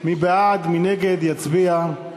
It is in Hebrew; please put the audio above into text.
מי בעד, מי נגד, יצביע.